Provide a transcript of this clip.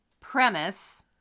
premise